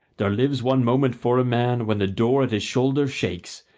there lives one moment for a man when the door at his shoulder shakes,